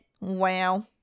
Wow